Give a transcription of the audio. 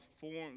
formed